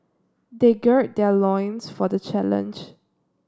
they gird their loins for the challenge